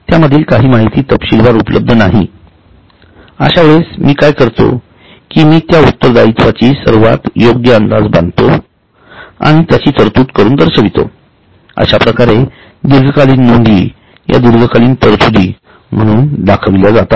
त्यामधील काही माहिती तपशीलवार उपलब्ध नाही अश्या वेळेस मी काय करतो कि मी त्या उत्तरदायित्वाची सर्वात योग्य अंदाज बांधतो व त्याची तरतूद करून दर्शवितो अश्या प्रकारे दीर्घकालीन नोंदी या दीर्घकालीन तरतुदी म्हणून दाखविल्या जातात